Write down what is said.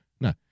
no